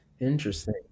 Interesting